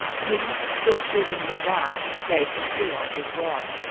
tim, still shooting in the dark gave them to ros as well.